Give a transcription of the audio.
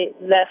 left